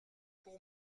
pour